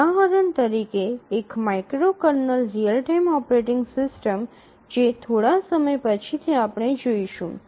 ઉદાહરણ તરીકે એક microkernel real time operating system જે થોડા પછીથી આપણે જોઈશું